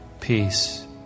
peace